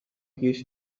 his